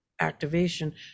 activation